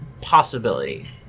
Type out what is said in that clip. possibility